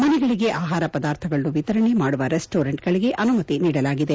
ಮನೆಗಳಿಗೆ ಆಹಾರ ಪದಾರ್ಥಗಳನ್ನು ವಿತರಣೆ ಮಾಡುವ ರೆಸ್ಟೋರೆಂಟ್ಗಳಿಗೆ ಅನುಮತಿ ನೀಡಲಾಗಿದೆ